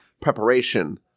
preparation